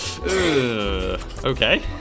Okay